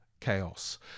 chaos